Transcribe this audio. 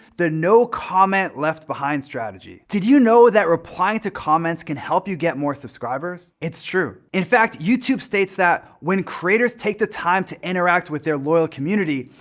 the no comment left behind strategy. did you know that replying to comments can help you get more subscribers? it's true. in fact, youtube states that when creators take the time to interact with their loyal community,